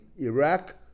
Iraq